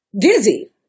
Dizzy